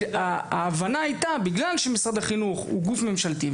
ההבנה הייתה שבגלל שמשרד החינוך הוא גוף ממשלתי,